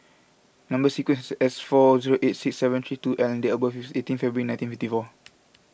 Number Sequence S four zero eight six seven three two L and date of birth is eighteen February nineteen fifty four